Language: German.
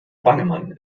bangemann